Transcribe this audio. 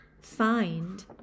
find